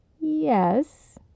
Yes